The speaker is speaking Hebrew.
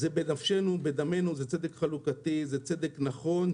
זה בנפשנו, בדמנו, זה צדק חלוקתי, זה צדק נכון.